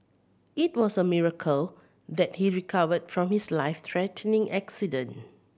it was a miracle that he recovered from his life threatening accident